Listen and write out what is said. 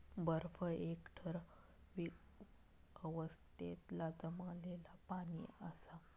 बर्फ एक ठरावीक अवस्थेतला जमलेला पाणि असा